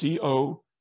CO